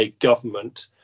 government